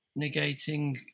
negating